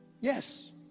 Yes